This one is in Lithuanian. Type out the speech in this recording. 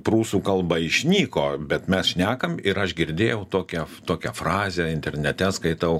prūsų kalba išnyko bet mes šnekam ir aš girdėjau tokią tokią frazę internete skaitau